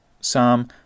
Psalm